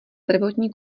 prvotní